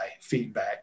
feedback